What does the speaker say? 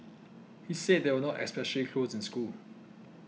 he said they were not especially close in school